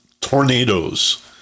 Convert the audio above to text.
tornadoes